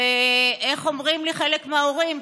איך אומרים לי חלק מההורים?